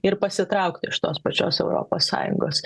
ir pasitraukti iš tos pačios europos sąjungos